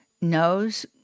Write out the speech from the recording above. knows